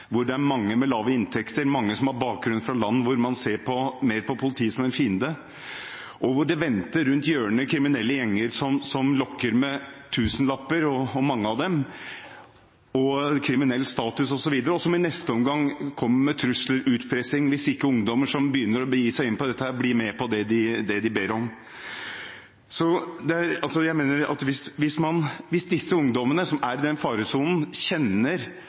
hvor det er 40–45 pst. frafall i videregående skole, hvor det er mange med lave inntekter og mange som har bakgrunn fra land hvor man ser på politiet mer som en fiende, og hvor det rundt hjørnet venter kriminelle gjenger som lokker med tusenlapper, kriminell status osv., og som i neste omgang kommer med trusler og utpressing hvis ungdommer som begir seg inn på dette, ikke blir med på det de ber om. Jeg mener at hvis ungdommene som er i denne faresonen, kjenner